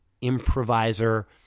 improviser